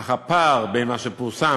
אך הפער בין מה שפורסם